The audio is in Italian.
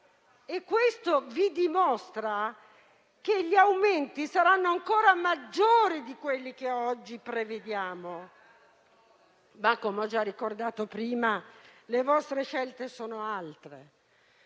Questo dimostra che gli aumenti saranno ancora maggiori di quelli che prevediamo oggi. Ma - come ho già ricordato prima - le vostre scelte sono altre.